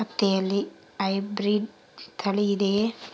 ಹತ್ತಿಯಲ್ಲಿ ಹೈಬ್ರಿಡ್ ತಳಿ ಇದೆಯೇ?